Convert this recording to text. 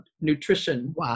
nutrition